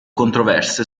controverse